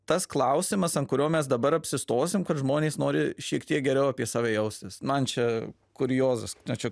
tas klausimas ant kurio mes dabar apsistosim kad žmonės nori šiek tiek geriau apie save jaustis man čia kuriozas na čia